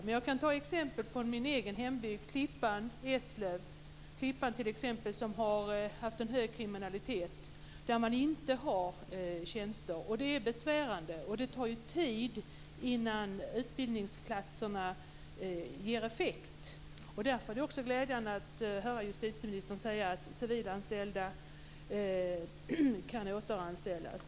Som exempel kan jag nämna orter i min egen hembygd, Klippan och Eslöv. I Klippan har kriminaliteten varit en hög, men där kan man inte tillsätta alla tjänster, och det tar ju tid innan de ökade utbildningsplatserna ger effekt. Därför är det glädjande att justitieministern säger att civilanställda kan återanställas.